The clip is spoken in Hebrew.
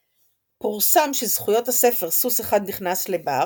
פורסם שזכויות הספר "סוס אחד נכנס לבר"